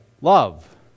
love